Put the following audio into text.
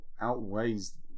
outweighs